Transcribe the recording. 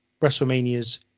WrestleMania's